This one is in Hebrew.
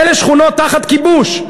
אלה שכונות תחת כיבוש.